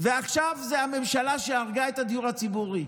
ועכשיו זו הממשלה שהרגה את הדיור הציבורי,